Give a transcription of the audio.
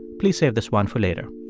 please save this one for later